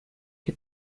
que